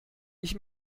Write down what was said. ich